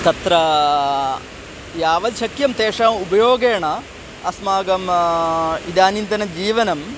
तत्र यावत् शक्यं तेषाम् उपयोगेन अस्माकम् इदानीन्तन जीवनम्